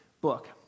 book